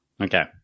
Okay